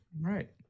Right